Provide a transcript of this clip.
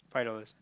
five dollars